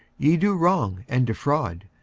ye do wrong, and defraud,